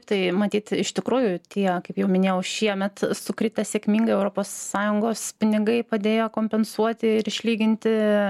tai matyt iš tikrųjų tie kaip jau minėjau šiemet sukritę sėkmingai europos sąjungos pinigai padėjo kompensuoti ir išlyginti